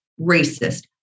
racist